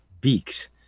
beaks